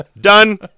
Done